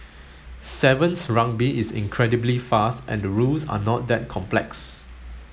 sevens Rugby is incredibly fast and the rules are not that complex